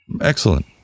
excellent